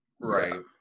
Right